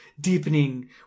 deepening